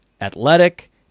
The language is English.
athletic